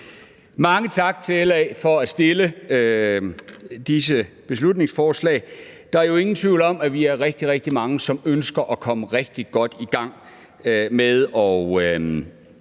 Mange tak til LA for at fremsætte disse beslutningsforslag. Der er jo ingen tvivl om, at vi er rigtig, rigtig mange, der ønsker at komme rigtig godt i gang med nogle